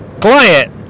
client